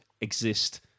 exist